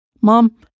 Mom